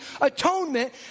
Atonement